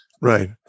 Right